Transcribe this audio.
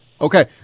Okay